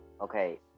okay